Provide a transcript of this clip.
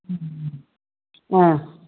ம் ஆ